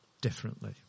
differently